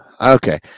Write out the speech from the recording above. okay